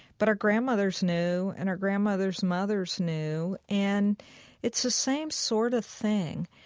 but our grandmothers knew and our grandmothers' mothers knew and it's the same sort of thing.